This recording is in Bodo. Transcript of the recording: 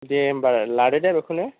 दे होनबालाय लादो दे बेखौनो